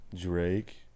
Drake